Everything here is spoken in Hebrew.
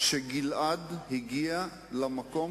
ארוכה.